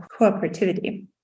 cooperativity